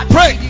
Pray